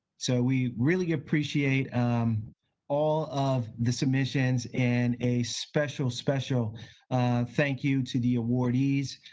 so, we really appreciate all of the submissions and a special, special thank you to the awardees.